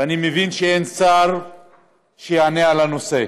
ואני מבין שאין שר שיענה על הנושא